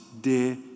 dear